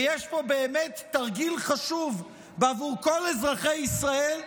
ויש פה באמת תרגיל חשוב בעבור כל אזרחי ישראל,